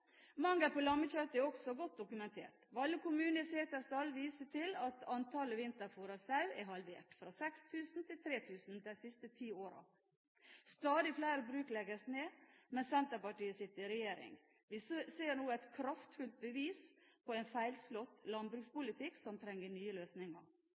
Mangel på lammekjøtt er også godt dokumentert. Valle kommune i Setesdal viser til at antallet vinterfôret sau er halvert, fra 6 000 til 3 000, de siste ti årene. Stadig flere bruk legges ned mens Senterpartiet sitter i regjering. Vi ser nå et kraftfullt bevis på en feilslått